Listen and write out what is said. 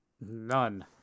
None